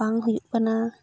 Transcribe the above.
ᱵᱟᱝ ᱦᱩᱭᱩᱜ ᱠᱟᱱᱟ